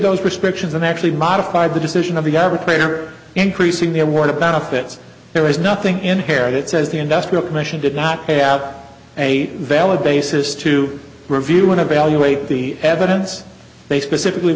those prescriptions and actually modified the decision of the average player increasing the award of benefits there is nothing inherited says the industrial commission did not have a valid basis to review and evaluate the evidence they specifically